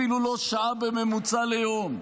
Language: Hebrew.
שעה בממוצע ליום.